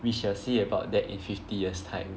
we shall see about that in fifty years time